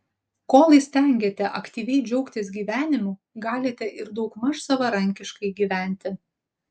kol įstengiate aktyviai džiaugtis gyvenimu galite ir daugmaž savarankiškai gyventi